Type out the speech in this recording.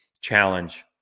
challenge